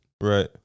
Right